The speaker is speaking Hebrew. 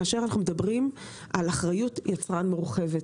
כאשר אנחנו מדברים על אחריות יצרן מורחבת.